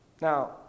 Now